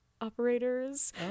operators